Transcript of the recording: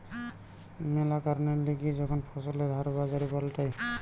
ম্যালা কারণের লিগে যখন ফসলের হার বাজারে পাল্টায়